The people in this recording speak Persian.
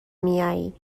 میائی